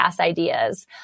ideas